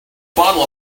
bottle